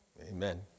Amen